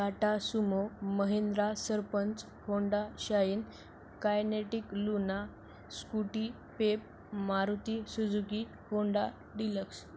Tata Sumo Mahindra Sarpanch Honda Shine Kinetic Luna Scooty Pep Maruti Suzuki Honda deluxe